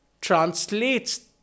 translates